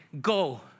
go